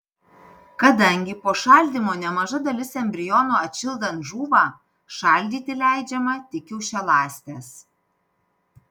kadangi po šaldymo nemaža dalis embrionų atšildant žūva šaldyti leidžiama tik kiaušialąstes